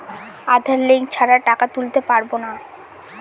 আধার link ছাড়া টাকা তুলতে পারব না?